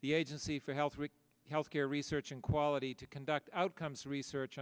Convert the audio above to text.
the agency for health with health care research and quality to conduct outcomes research